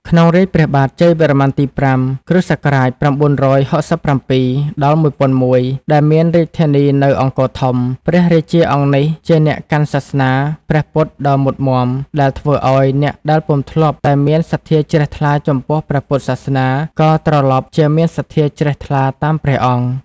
ក្នុងរាជ្យព្រះបាទជ័យវរ្ម័នទី ៥ (គ.ស ៩៦៧-១០០១) ដែលមានរាជធានីនៅ អង្គរធំ ព្រះរាជាអង្គនេះជាអ្នកកាន់សាសនាព្រះពុទ្ធដ៏មុតមាំ ដែលធ្វើឱ្យអ្នកដែលពុំ ធ្លាប់តែមានសទ្ធាជ្រះថ្លាចំពោះព្រះពុទ្ធសាសនា ក៏ត្រឡប់ជាមានសទ្ធាជ្រះថ្លាតាម ព្រះអង្គ។